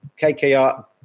KKR